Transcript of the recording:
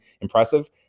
impressive